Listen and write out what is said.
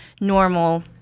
normal